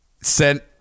sent